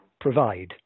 provide